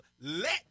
let